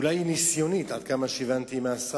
אולי היא ניסיונית, עד כמה שהבנתי מהשר,